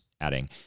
adding